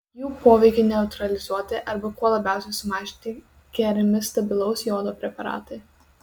jų poveikiui neutralizuoti arba kuo labiausiai sumažinti geriami stabilaus jodo preparatai